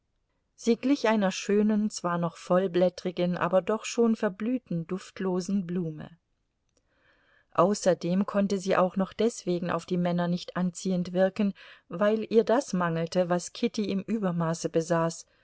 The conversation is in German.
sie glich einer schönen zwar noch vollblättrigen aber doch schon verblühten duftlosen blume außerdem konnte sie auch noch deswegen auf die männer nicht anziehend wirken weil ihr das mangelte was kitty im übermaße besaß